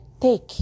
Take